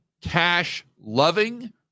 Cash-loving